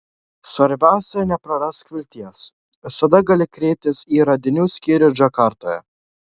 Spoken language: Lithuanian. svarbiausia neprarask vilties visada gali kreiptis į radinių skyrių džakartoje